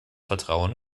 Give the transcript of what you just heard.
vertrauen